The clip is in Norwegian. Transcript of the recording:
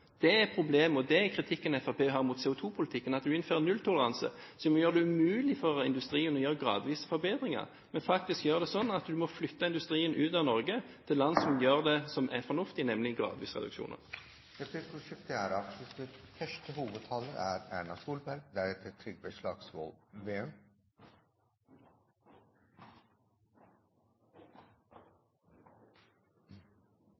er et problem, og dét er kritikken som Fremskrittspartiet retter mot CO2-politikken, at man innfører nulltoleranse, som gjør det umulig for industrien å gjøre gradvise forbedringer, og som faktisk gjør at man må flytte industrien ut av Norge, til land som gjør det som er fornuftig, nemlig å foreta gradvise reduksjoner. Replikkordskiftet er